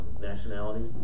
nationality